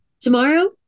Tomorrow